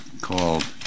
called